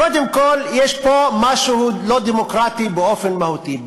קודם כול, יש פה משהו לא דמוקרטי באופן מהותי.